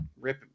rip